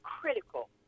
critical